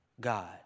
God